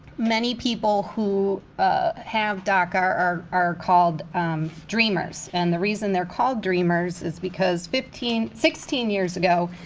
many people who have daca are are called dreamers, and the reason they're called dreamers is because fifteen sixteen years ago,